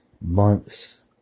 months